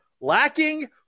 lacking